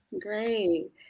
Great